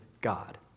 God